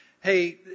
hey